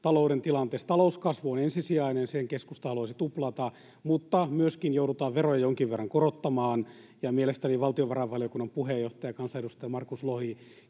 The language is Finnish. talouden tilanteessa. Talouskasvu on ensisijainen, sen keskusta haluaisi tuplata, mutta myöskin joudutaan veroja jonkin verran korottamaan, ja mielestäni valtiovarainvaliokunnan puheenjohtaja, kansanedustaja Markus Lohi